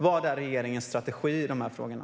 Vad är regeringens strategi i de här frågorna?